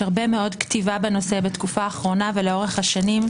יש הרבה מאד כתיבה בנושא בתקופה האחרונה ולאורך השנים.